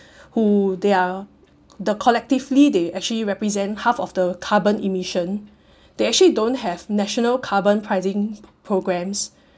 who they are the collectively they actually represent half of the carbon emission they actually don't have national carbon pricing programmes